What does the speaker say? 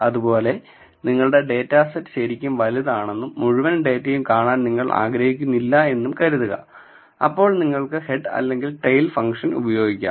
അതുപോലെ നിങ്ങളുടെ ഡാറ്റസെറ്റ് ശരിക്കും വലുതാണെന്നും മുഴുവൻ ഡാറ്റയും കാണാൻ നിങ്ങൾ ആഗ്രഹിക്കുന്നില്ലെന്നും കരുതുക അപ്പോൾ നിങ്ങൾക്ക് ഹെഡ് അല്ലെങ്കിൽ ടെയിൽ ഫംഗ്ഷൻ ഉപയോഗിക്കാം